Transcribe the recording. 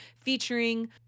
featuring